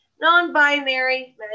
non-binary